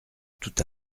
tout